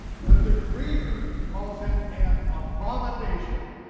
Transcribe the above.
but the creator calls it an abomination.